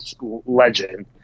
legend